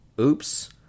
Oops